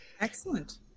Excellent